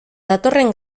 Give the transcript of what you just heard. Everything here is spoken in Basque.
datorren